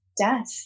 death